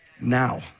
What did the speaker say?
Now